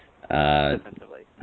Defensively